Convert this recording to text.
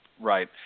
Right